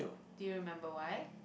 do you remember why